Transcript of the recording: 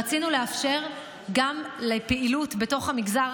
רצינו לאפשר גם פעילות בתוך המגזר